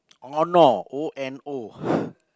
Ono O N O